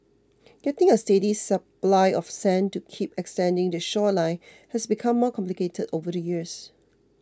getting a steady supply of sand to keep extending the shoreline has become more complicated over the years